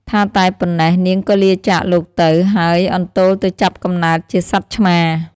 ថាតែប៉ុណ្ណេះ នាងក៏លាចាកលោកទៅ ហើយអន្ទោលទៅចាប់កំណើតជាសត្វឆ្មា។